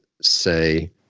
say